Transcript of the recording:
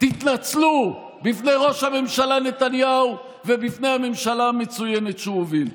תתנצלו בפני ראש הממשלה נתניהו ובפני הממשלה המצוינת שהוא הוביל.